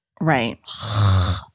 Right